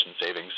savings